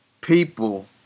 people